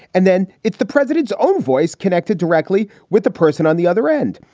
and then it's the president's own voice connected directly with the person on the other end.